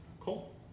Cool